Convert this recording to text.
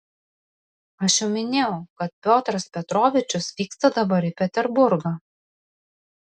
aš jau minėjau kad piotras petrovičius vyksta dabar į peterburgą